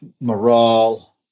morale